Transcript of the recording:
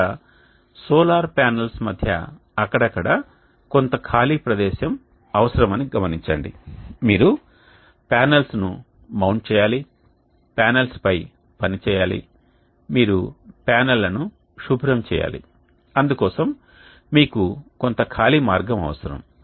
ఇక్కడ solar panels మధ్య అక్కడక్కడా కొంత ఖాళీ ప్రదేశం అవసరమని గమనించండి మీరు పానెల్స్ ను మౌంట్ చేయాలి పానెల్స్ పై పని చేయాలి మీరు ప్యానెల్లను శుభ్రం చేయాలి అందుకోసం మీకు కొంత ఖాళీ మార్గం అవసరం